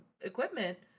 equipment